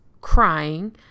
crying